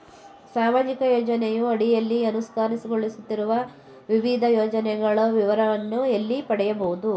ಸಾಮಾಜಿಕ ಯೋಜನೆಯ ಅಡಿಯಲ್ಲಿ ಅನುಷ್ಠಾನಗೊಳಿಸುತ್ತಿರುವ ವಿವಿಧ ಯೋಜನೆಗಳ ವಿವರಗಳನ್ನು ಎಲ್ಲಿ ಪಡೆಯಬಹುದು?